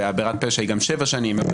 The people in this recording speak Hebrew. ועבירת פשע היא גם שבע שנים,